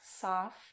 soft